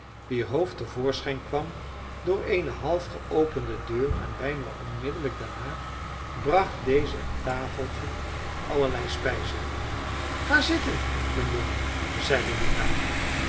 wier hoofd te voorschijn kwam door eene half geopende deur en bijna onmiddellijk daarna bracht deze een tafeltje met allerlei spijzen ga zitten mijn jongen zeide de dame